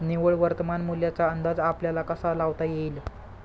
निव्वळ वर्तमान मूल्याचा अंदाज आपल्याला कसा लावता येईल?